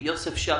יוסף שבתאי,